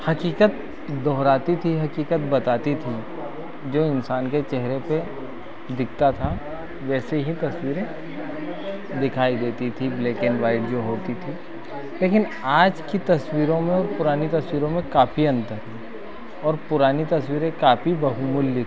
हक़ीक़त दोहराते थी हक़ीक़त बताती थी जो इंसान के चेहरे पर दिखता था वैसी ही तस्वीरें दिखाई देती थी ब्लैक एंड वाइट जो होती थी लेकिन आज की तस्वीरों में और पुरानी तस्वीरों में काफी अन्तर और पुरानी तस्वीरें काफी बहुमूल्य थीं